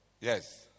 Yes